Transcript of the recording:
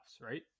right